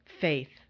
faith